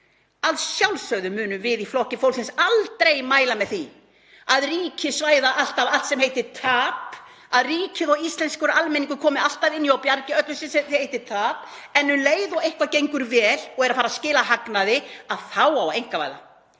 Að sjálfsögðu munum við í Flokki fólksins aldrei mæla með því að ríkisvæða allt sem heitir tap, að ríkið og íslenskur almenningur komi alltaf inn í og bjargi öllu sem heitir tap. En um leið og eitthvað gengur vel og er að fara að skila hagnaði þá á að einkavæða.